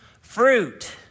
fruit